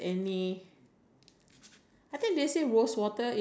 I mean if you have blackheads no moisture